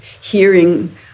hearing